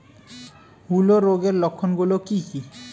হূলো রোগের লক্ষণ গুলো কি কি?